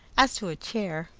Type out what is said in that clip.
as to a chair,